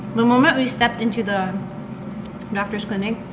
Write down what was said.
the moment we stepped into the doctor's clinic,